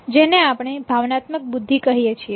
જેને આપણે ભાવનાત્મક બુદ્ધિ કહીએ છીએ